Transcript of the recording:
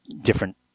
different